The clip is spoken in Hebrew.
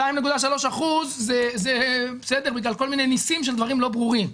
ה-2.3% זה בגלל כל מיני נסים של דברים לא ברורים,